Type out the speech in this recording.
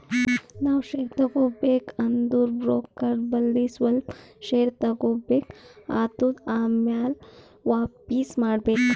ನಾವ್ ಶೇರ್ ತಗೋಬೇಕ ಅಂದುರ್ ಬ್ರೋಕರ್ ಬಲ್ಲಿ ಸ್ವಲ್ಪ ಶೇರ್ ತಗೋಬೇಕ್ ಆತ್ತುದ್ ಆಮ್ಯಾಲ ವಾಪಿಸ್ ಮಾಡ್ಬೇಕ್